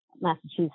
Massachusetts